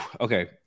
Okay